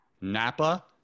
Napa